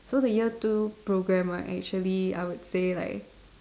so the year two program right actually I would say like